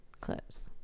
Clips